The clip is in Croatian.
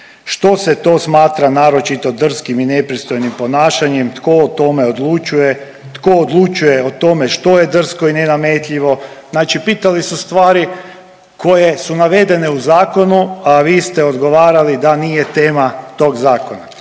što se to smatra naročito drskim i nepristojnim ponašanjem, tko o tome odlučuje, tko odlučuje o tome što je drsko i nenametljivo, znači pitali su stvari koje su navedene u zakonu, a vi ste odgovarali da nije tema tog Zakona.